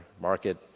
market